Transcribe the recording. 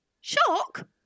shock